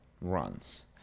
runs